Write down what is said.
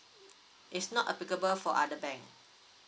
it's not applicable for other bank